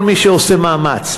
כל מי שעושה מאמץ,